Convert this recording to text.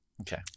Okay